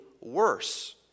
worse